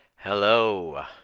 hello